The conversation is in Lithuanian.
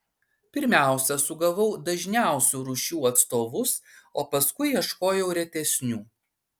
pirmiausia sugavau dažniausių rūšių atstovus o paskui ieškojau retesnių